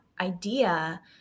idea